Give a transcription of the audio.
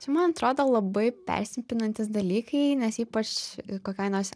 čia man atrodo labai persipinantys dalykai nes ypač kokioj nors